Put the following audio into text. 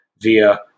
via